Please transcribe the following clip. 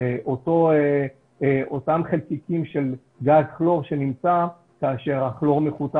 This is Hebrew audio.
אלו אותם חלקיקים של גז כלור שנמצא כאשר הכלור מחוטא